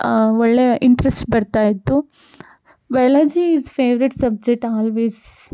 ಒಳ್ಳೆಯ ಇಂಟ್ರೆಸ್ಟ್ ಬರ್ತಾ ಇತ್ತು biology is favourite subject always